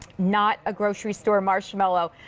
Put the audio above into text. not a grocery store marshmallow.